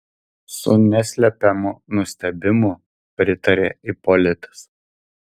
su neslepiamu nustebimu pritarė ipolitas